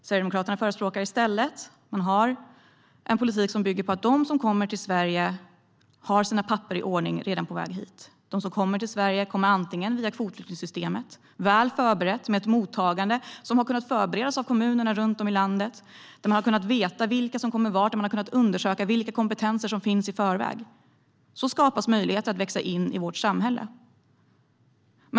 Sverigedemokraterna förespråkar i stället en politik som bygger på att de som kommer till Sverige har sina papper i ordning redan när de är på väg hit och att de kommer via kvotflyktingsystemet, med ett mottagande som har kunnat förberedas väl av kommunerna runt om i landet, där man har kunnat veta vilka som kommer vart och där man har kunnat undersöka vilka kompetenser som finns i förväg. Så skapas möjligheter att växa in i vårt samhälle.